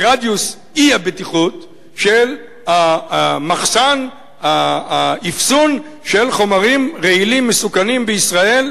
ברדיוס האי-בטיחות של מחסן האחסון של חומרים רעילים מסוכנים בישראל,